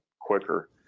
quicker